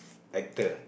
actor